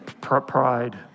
Pride